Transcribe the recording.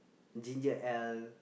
ginger ale